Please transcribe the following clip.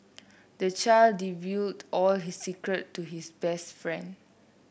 the child all his secret to his best friend